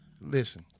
listen